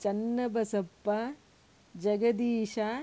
Channabasappa Jagadish